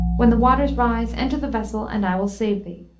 when the waters rise, enter the vessel, and i will save thee